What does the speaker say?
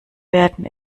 werden